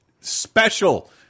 special